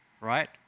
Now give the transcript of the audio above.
right